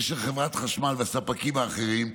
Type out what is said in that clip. ושל חברת החשמל והספקים האחרים.